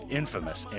infamous